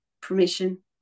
permission